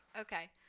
Okay